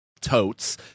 totes